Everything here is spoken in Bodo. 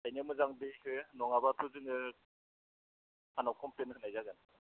बेखायनो मोजां दै हो नङाब्लाथ' जोङो सारनाव क'मप्लेन होनाय जागोन